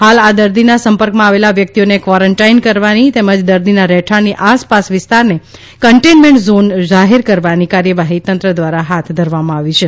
હાલ આ દર્દીના સંપર્કમાં આવેલા વ્યક્તિઓને કોરેન્ટાઇન કરવાની તેમજ દર્દીના રહેઠાણની આસપાસના વિસ્તારને કન્ટેન્મેન્ટ ઝોન જાહેર કરવાની કાર્યવાહી તંત્ર દ્વારા હાથ ધરવામાં આવી છે